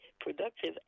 productive